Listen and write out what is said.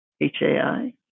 H-A-I